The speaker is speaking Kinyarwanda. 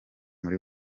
muri